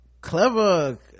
clever